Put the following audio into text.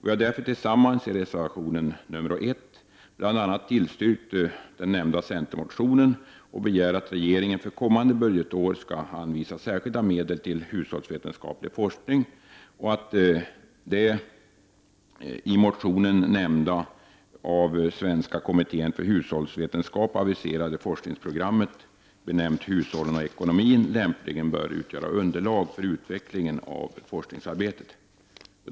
Vi har därför tillsammans i reservation nr 1 bl.a. tillstyrkt denna centermotion och begärt att regeringen för kommande budgetår skall anvisa särskilda medel till hushållsvetenskaplig forskning samt att det i motionen nämnda, av Svenska kommittén för hushållsvetenskap aviserade, forskningsprogrammet ”Hushållen och ekonomin” lämpligen kan utgöra underlag för utvecklingen av forskningsarbetet.